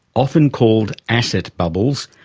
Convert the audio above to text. often called asset bubbles,